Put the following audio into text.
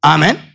Amen